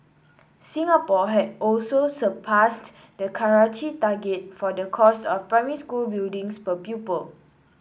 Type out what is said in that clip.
Singapore had also surpassed the Karachi target for the cost of primary school buildings per pupil